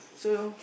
so